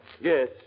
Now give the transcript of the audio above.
Yes